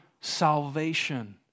salvation